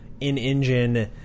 in-engine